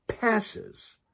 passes